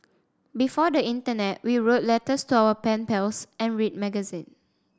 before the internet we wrote letters to our pen pals and read magazine